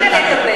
אתה עלית לדבר.